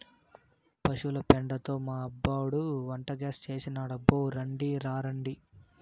పశుల పెండతో మా అబ్బోడు వంటగ్యాస్ చేసినాడబ్బో రాండి రాండి